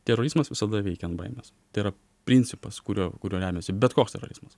terorizmas visada veikia ant baimės tai yra principas kuriuo kuriuo remiasi bet koks terorizmas